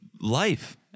life